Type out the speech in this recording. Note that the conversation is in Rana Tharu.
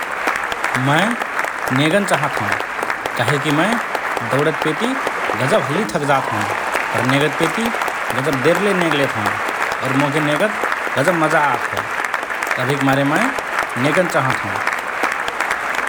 मए नेगन चाहत हओं । काहेकि मए दोडत पेति गजब हल्लि थक जात हओं पर नेगत पेति गजब देरले नेगलेत हओं । तभिकमारे मए नेगन चाहत हओं ।